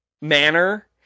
manner